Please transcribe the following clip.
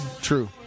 True